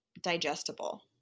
digestible